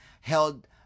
held